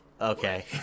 okay